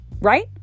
right